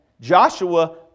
Joshua